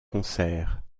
concerts